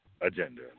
agenda